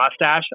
mustache